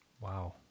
Wow